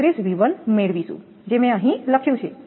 31𝑉1 મેળવીશું જે મેં અહીં લખ્યું છે